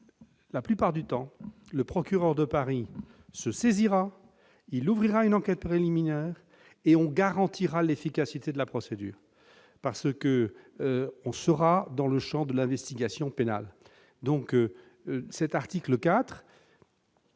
la plupart du temps, le procureur de Paris se saisira, il ouvrira une enquête préliminaire et on garantira l'efficacité de la procédure, parce qu'on sera dans le champ de l'investigation pénale. Cet article 4